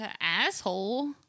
asshole